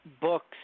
books